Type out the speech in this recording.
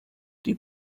die